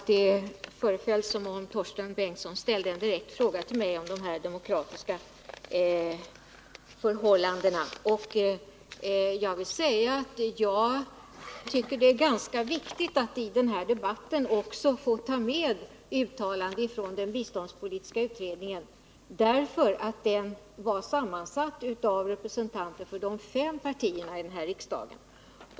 Herr talman! Torsten Bengtson ställde en direkt fråga till mig om de demokratiska förhållandena. Jag vill säga: Jag tycker det är ganska viktigt att i den här debatten också få ta med uttalanden från den biståndspolitiska utredningen därför att den var sammansatt av representanter för de fem partierna i riksdagen.